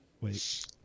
Wait